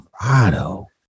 colorado